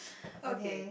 okay